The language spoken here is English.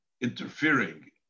interfering